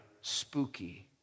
spooky